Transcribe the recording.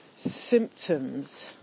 symptoms